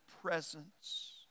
presence